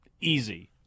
easy